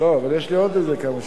יש לי עוד כמה שורות.